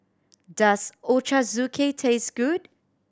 does Ochazuke taste good